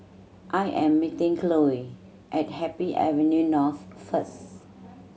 I am meeting Cloe at Happy Avenue North first